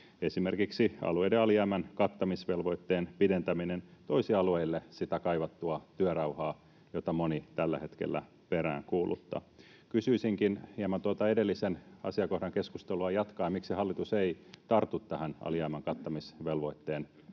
Esimerkiksi alueiden alijäämän kattamisvelvoitteen pidentäminen toisi alueille sitä kaivattua työrauhaa, jota moni tällä hetkellä peräänkuuluttaa. Kysyisinkin hieman tuota edellisen asiakohdan keskustelua jatkaen: miksi hallitus ei tartu tähän alijäämän kattamisvelvoitteen pidentämiseen